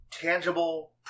tangible